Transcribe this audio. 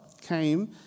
came